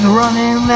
running